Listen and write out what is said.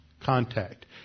contact